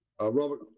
Robert